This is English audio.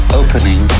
opening